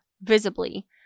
visibly